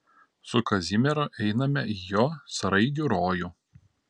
su kazimieru einame į jo sraigių rojų